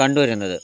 കണ്ടുവരുന്നത്